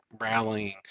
rallying